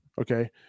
okay